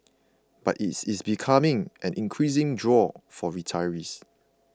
but it is becoming an increasing draw for retirees